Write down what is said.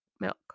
milk